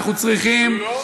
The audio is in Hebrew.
לא,